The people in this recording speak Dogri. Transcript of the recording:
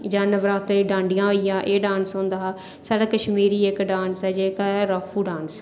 जा नवरात्रें च डांडिया होई गेआ हा एह् करदे हे साढ़ा कशमीरी इक्क डांस ऐ जेह्का ऐ रऊफ डांस